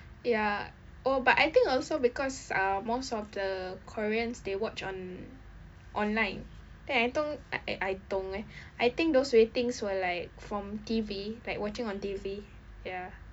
ya oh but I think also because um most of the koreans they watch on~ online then I think ah eh I think eh I think those ratings were like from T_V like watching on T_V ya